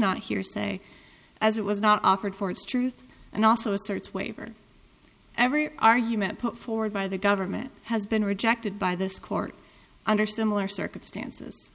not hearsay as it was not offered for its truth and also asserts waiver every argument put forward by the government has been rejected by this court under similar circumstances